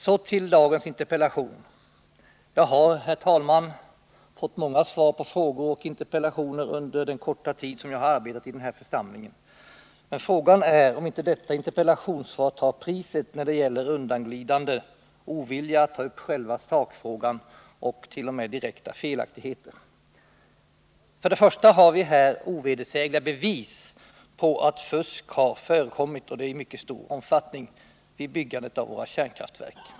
Så till dagens interpellation: Jag har, herr talman, fått många svar på frågor och interpellationer under den korta tid som jag har arbetat i den här församlingen, men frågan är om inte detta interpellationssvar tar priset när det gäller undanglidanden, ovilja att ta upp själva sakfrågan och t.o.m. direkta felaktigheter. För det första har vi här ovedersägliga bevis på att fusk i mycket stor omfattning har förekommit vid byggandet av våra kärnkraftverk.